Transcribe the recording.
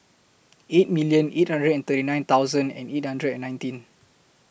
eight million eight hundred and thirty nine thousand and eight hundred and nineteen